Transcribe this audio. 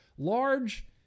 large